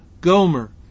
Gomer